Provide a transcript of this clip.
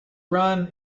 run